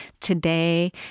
Today